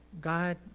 God